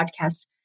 podcasts